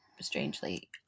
strangely